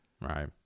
Right